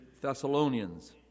Thessalonians